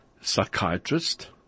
psychiatrist